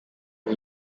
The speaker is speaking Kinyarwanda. aho